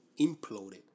imploded